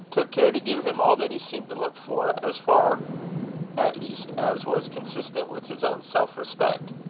took care to give him all that he seemed to look for, as far at least as was consistent with his own self-respect.